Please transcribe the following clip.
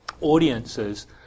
audiences